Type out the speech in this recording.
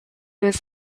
was